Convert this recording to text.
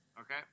Okay